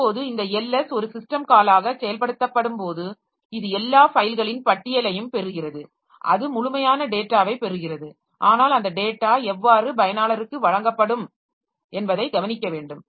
இப்போது இந்த ls ஒரு சிஸ்டம் காலாக செயல்படுத்தப்படும் போது இது எல்லா ஃபைல்களின் பட்டியலையும் பெறுகிறது அது முழுமையான டேட்டாவை பெறுகிறது ஆனால் அந்த டேட்டா எவ்வாறு பயனாளர்களுக்கு வழங்கப்படும் என்பதை கவனிக்க வேண்டும்